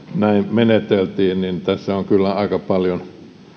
menetelty on kyllä aika paljon